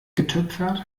getöpfert